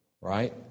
right